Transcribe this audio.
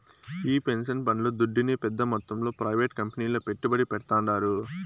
ఈ పెన్సన్ పండ్లు దుడ్డునే పెద్ద మొత్తంలో ప్రైవేట్ కంపెనీల్ల పెట్టుబడి పెడ్తాండారు